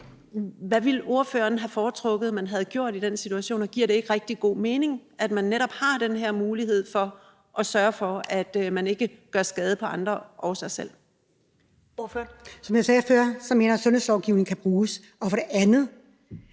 Hvad ville ordføreren have foretrukket, at man havde gjort i den situation, og giver det ikke rigtig god mening, at man netop har den her mulighed for at sørge for, at en person ikke gør skade på andre og sig selv? Kl. 20:19 Første næstformand (Karen Ellemann): Ordføreren.